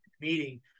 meeting